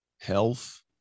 health